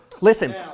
Listen